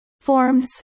Forms